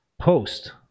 post